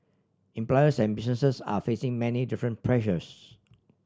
employers and businesses are facing many different pressures